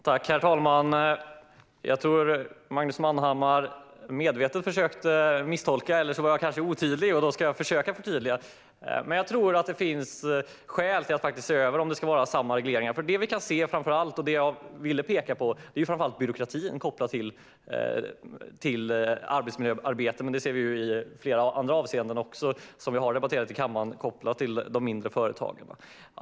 Herr talman! Jag tror att Magnus Manhammar medvetet försökte misstolka mig eller så var jag kanske otydlig. Då ska jag försöka förtydliga mig. Jag tror att det finns skäl att se över om det ska vara samma regleringar i alla företag. Det jag ville peka på var framför allt byråkratin kopplad till arbetsmiljöarbetet men också i flera andra avseenden, som vi har debatterat i kammaren, för de mindre företagen.